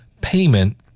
payment